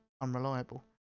unreliable